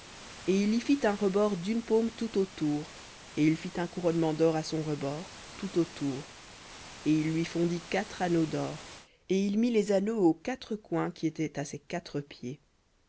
et tu y feras un rebord d'une paume tout autour et tu feras un couronnement d'or à son rebord tout autour et tu lui feras quatre anneaux d'or et tu mettras les anneaux aux quatre coins qui seront à ses quatre pieds